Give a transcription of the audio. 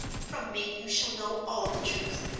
from me you shall know all the truth,